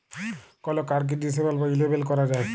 call কাড়কে disable বা enable ক্যরা যায়